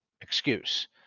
excuse